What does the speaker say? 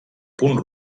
punt